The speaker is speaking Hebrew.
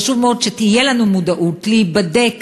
חשוב מאוד שתהיה לנו מודעות להיבדק